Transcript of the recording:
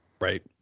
Right